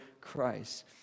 Christ